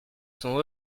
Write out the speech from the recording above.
sont